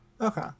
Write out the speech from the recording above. Okay